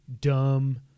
dumb